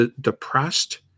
depressed